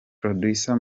producer